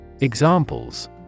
Examples